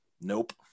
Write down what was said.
Nope